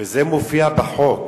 וזה מופיע בחוק.